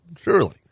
surely